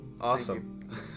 Awesome